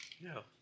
No